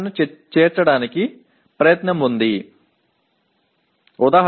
க்களை சேர்க்கும் முயற்சி உள்ளது